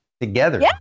together